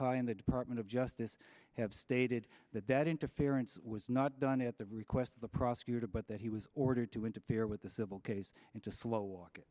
in the department of justice have stated that that interference was not done at the request of the prosecutor but that he was ordered to interfere with the civil case and just slow walk